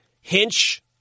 Hinch